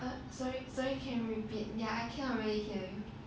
sorry sorry can repeat ya I cannot really hear